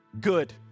good